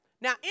Now